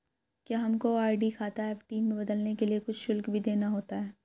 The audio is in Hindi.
क्या हमको आर.डी खाता एफ.डी में बदलने के लिए कुछ शुल्क भी देना होता है?